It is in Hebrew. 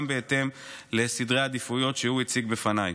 בהתאם לסדרי העדיפויות שהוא הציג בפניי.